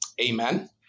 Amen